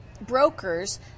brokers